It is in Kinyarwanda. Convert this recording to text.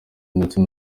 ndetse